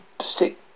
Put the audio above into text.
stick